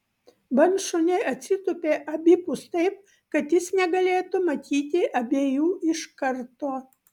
bandšuniai atsitūpė abipus taip kad jis negalėtų matyti abiejų iškarto